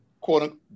quote